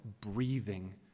breathing